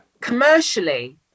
commercially